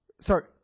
sorry